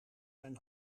zijn